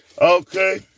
Okay